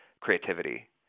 creativity